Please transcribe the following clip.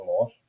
life